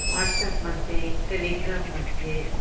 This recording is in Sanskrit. वाट्स्साप् मध्ये टेलिग्रां मध्ये